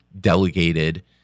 delegated